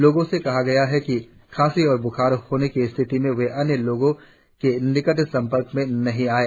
लोगों से कहा गया है कि खांसी और ब्खार होने की स्थिति में वे अन्य लोगों के निकट संपर्क में नहीं आएं